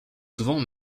souvent